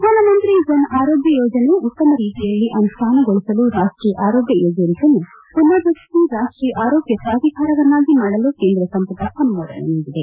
ಪ್ರಧಾನಮಂತ್ರಿ ಜನ ಆರೋಗ್ಯ ಯೋಜನೆ ಉತ್ತಮ ರೀತಿಯಲ್ಲಿ ಅನುಷ್ಠಾನಗೊಳಿಸಲು ರಾಷ್ಟೀಯ ಆರೋಗ್ಯ ಏಜೆನ್ಪಿಯನ್ನು ಪುನರ್ ರಚಿಸಿ ರಾಷ್ಟೀಯ ಆರೋಗ್ಯ ಪ್ರಾಧಿಕಾರವನ್ನಾಗಿ ಮಾಡಲು ಕೇಂದ್ರ ಸಂಪುಟ ಅನುಮೋದನೆ ನೀಡಿದೆ